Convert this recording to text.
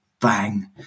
bang